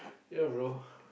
ya brother